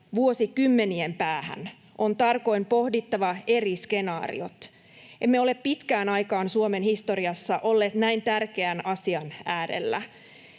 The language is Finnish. vuosikymmenien päähän. On tarkoin pohdittava eri skenaariot. Emme ole pitkään aikaan Suomen historiassa olleet näin tärkeän asian äärellä.